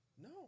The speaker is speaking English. No